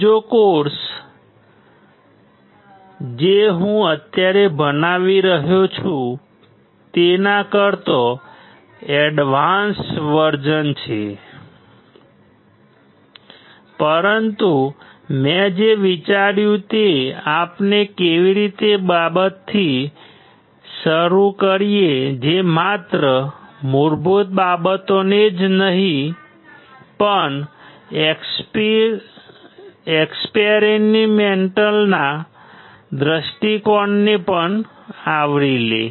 બીજો કોર્સ છે જે હું અત્યારે ભણાવી રહ્યો છું તેના કરતાં એડવાન્સ વર્ઝન છે પરંતુ મેં જે વિચાર્યું તે આપણે એવી બાબતથી શરૂ કરીએ જે માત્ર મૂળભૂત બાબતોને જ નહીં પણ એક્સપેરિમેન્ટના દૃષ્ટિકોણને પણ આવરી લે